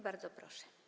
Bardzo proszę.